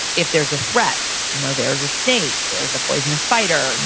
if there's a threat you know there's a snake, there's a poisonous spider,